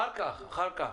אחר כך שלחת,